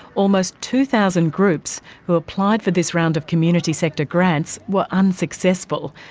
almost two thousand groups who applied for this round of community sector grants were unsuccessful.